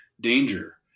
danger